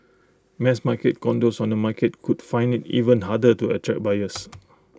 mass market condos on the market could find IT even harder to attract buyers